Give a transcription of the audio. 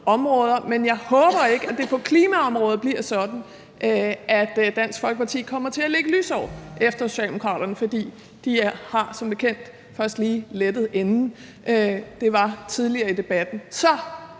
områder, men jeg håber ikke, at det på klimaområdet bliver sådan, at Dansk Folkeparti kommer til at ligge lysår efter Socialdemokraterne, for de har som bekendt først lige lettet enden – det var tidligere i debatten. Så